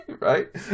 right